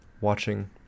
watching